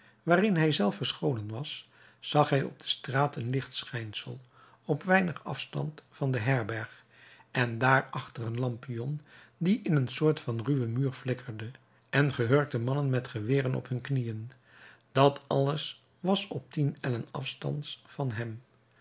waarin hij zelf verscholen was zag hij op de straat een lichtschijnsel op weinig afstand van de herberg en daarachter een lampion die in een soort van ruwen muur flikkerde en gehurkte mannen met geweren op hun knieën dat alles was op tien ellen afstands van hem